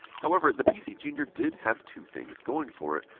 however, the pcjr did have two things going for it.